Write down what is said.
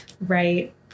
right